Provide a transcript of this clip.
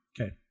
Okay